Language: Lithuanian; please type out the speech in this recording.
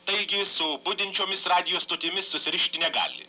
taigi su budinčiomis radijo stotimis susirišti negali